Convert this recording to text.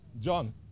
John